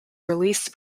released